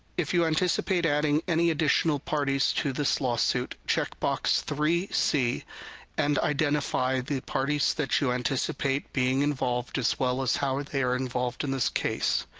if you anticipate adding any additional parties to this lawsuit, check box three c and identify the parties that you anticipate being involved, as well as how they are involved in this case.